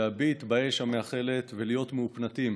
להביט באש המאכלת ולהיות מהופנטים,